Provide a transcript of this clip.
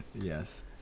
Yes